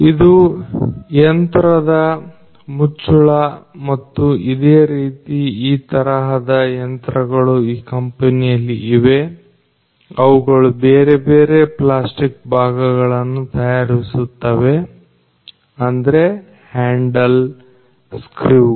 ಇದು ಎಂತ್ರದ ಮುಚ್ಚುಳ ಮತ್ತು ಇದೇ ರೀತಿ ಈ ತರಹದ ಯಂತ್ರಗಳು ಈ ಕಂಪನಿಯಲ್ಲಿ ಇವೆ ಅವುಗಳು ಬೇರೆಬೇರೆ ಪ್ಲಾಸ್ಟಿಕ್ ಭಾಗಗಳನ್ನು ತಯಾರಿಸುತ್ತವೆ ಅಂದ್ರೆ ಹ್ಯಾಂಡಲ್ ಸ್ಕ್ರೀವ್ ಗಳು